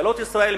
ממשלות ישראל,